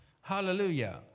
Hallelujah